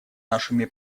нашими